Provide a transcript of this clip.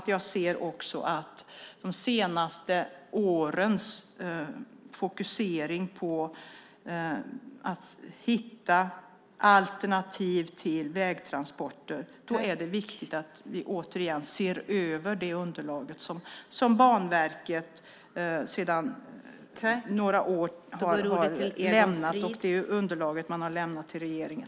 Jag inser också att de senaste årens fokusering på alternativ till vägtransporter gör det viktigt att vi återigen ser över det underlag som Banverket har lämnat till regeringen de senaste åren.